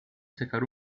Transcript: secar